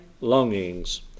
longings